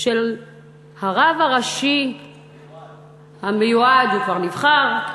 של הרב הראשי המיועד, הוא כבר נבחר,